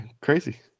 crazy